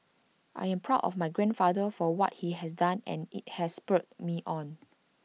I am proud of my grandfather for what he has done and IT has spurred me on